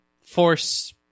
force